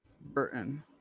Burton